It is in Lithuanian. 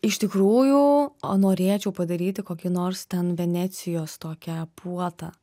iš tikrųjų norėčiau padaryti kokį nors ten venecijos tokią puotą